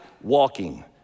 walking